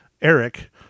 Eric